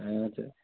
हां